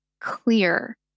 clear